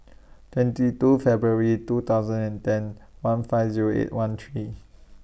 twenty two February two thousand and ten one five Zero eight one three